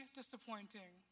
disappointing